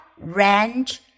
range